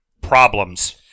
problems